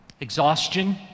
exhaustion